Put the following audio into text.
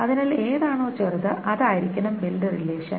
അതിനാൽ ഏതാണോ ചെറുത് അതായിരിക്കണം ബിൽഡ് റിലേഷൻ